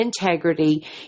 integrity